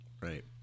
Right